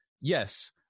Yes